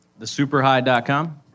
Thesuperhigh.com